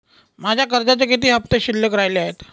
माझ्या कर्जाचे किती हफ्ते शिल्लक राहिले आहेत?